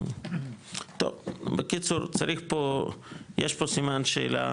טוב, בקיצור, יש פה סימן שאלה